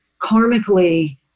Karmically